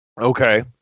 Okay